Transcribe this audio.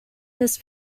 this